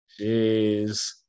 jeez